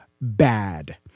bad